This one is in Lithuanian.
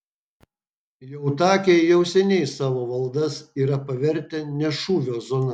jautakiai jau seniai savo valdas yra pavertę ne šūvio zona